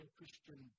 Christian